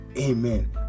Amen